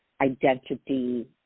identity